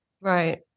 Right